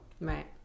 Right